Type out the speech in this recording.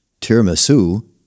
tiramisu